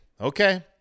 okay